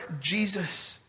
Jesus